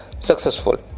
successful